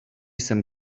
some